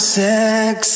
sex